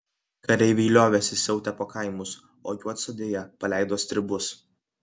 kareiviai liovėsi siautę po kaimus o juodsodėje paleido stribus